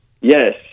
Yes